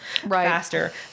faster